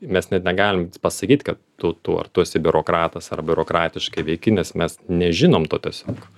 mes net negalim pasakyt kad tu tu ar tu esi biurokratas ar biurokratiškai veiki nes mes nežinom to tiesiog